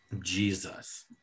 jesus